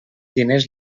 diners